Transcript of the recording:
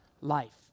life